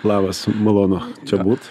labas malonu čia būt